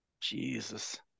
Jesus